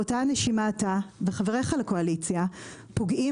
אבל באותה הנשימה אתה וחבריך לקואליציה פוגעים